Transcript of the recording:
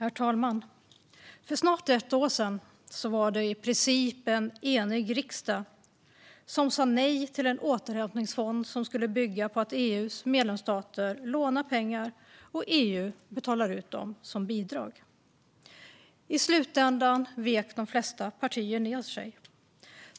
Herr talman! För snart ett år sedan var det en i princip enig riksdag som sa nej till en återhämtningsfond som skulle bygga på att EU:s medlemsstater lånar pengar som EU sedan betalar ut som bidrag. I slutändan vek de flesta partier ned sig.